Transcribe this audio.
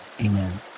Amen